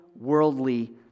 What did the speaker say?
worldly